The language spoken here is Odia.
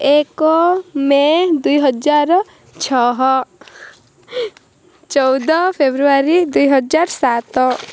ଏକ ମେ ଦୁଇ ହଜାର ଛଅ ଚଉଦ ଫେବୃଆରୀ ଦୁଇ ହଜାର ସାତ